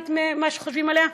ליברלית ממה שחושבים עליה,